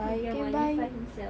he can wangi himself